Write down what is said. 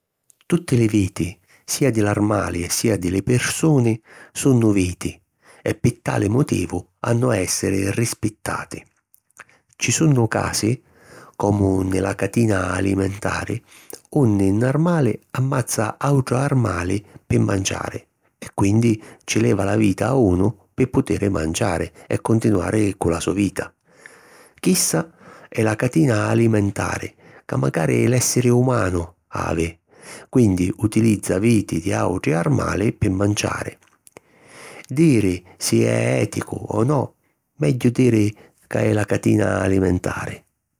Tutti li viti, sia di l'armali e sia di li pirsuni, sunnu viti e pi tali motivu hannu a èssiri rispittati. Ci sunnu casi, comu nni la catina alimentari, unni 'n armali ammazza àutri armali pi manciari e quindi ci leva la vita a unu pi putiri manciari e continuari cu la so vita. Chissa è la catina alimentari ca macari l'èssiri umanu havi, quindi utilizza viti di àutri armali pi manciari. Diri si è èticu o no, megghiu diri ca è la catina alimentari.